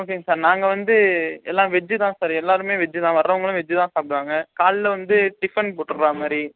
ஓகேங்க சார் நாங்கள் வந்து எல்லா வெஜ்ஜு தான் சார் எல்லோருமே வெஜ்ஜு தான் வர்றவங்களும் வெஜ்ஜி தான் சாப்பிடுவாங்க காலைல வந்து டிஃபன் போடுற மாதிரி